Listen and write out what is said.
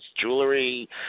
jewelry